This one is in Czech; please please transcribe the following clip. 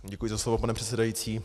Děkuji za slovo, pane předsedající.